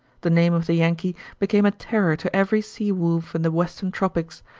the name of the yankee became a terror to every sea wolf in the western tropics,